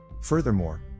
Furthermore